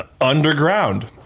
underground